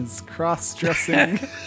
cross-dressing